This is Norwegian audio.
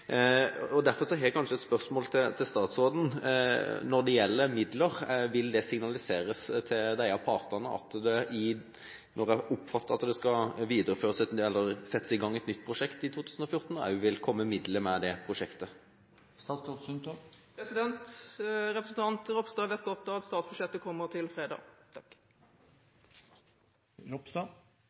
Derfor har jeg et spørsmål til statsråden når det gjelder midler: Vil det signaliseres til disse partene at det, når det er oppfattet at det skal settes i gang et nytt prosjekt i 2014, også vil følge midler med det prosjektet? Representanten Ropstad vet godt at statsbudsjettet kommer til fredag.